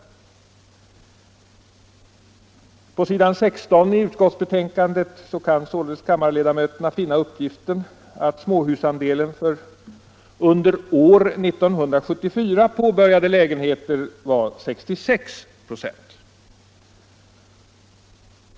På s. 16 i utskottets betänkande kan kammarens ledamöter sålunda finna uppgiften att småhusandelen för under 1974 påbörjade lägenheter var 66 96.